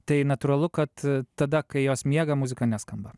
tai natūralu kad tada kai jos miega muzika neskamba